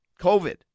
COVID